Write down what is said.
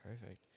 Perfect